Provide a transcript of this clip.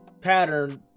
pattern